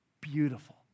beautiful